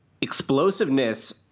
explosiveness